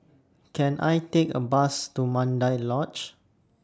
Can I Take A Bus to Mandai Lodge